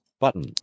Button